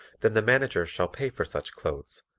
then the manager shall pay for such clothes,